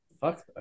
Fuck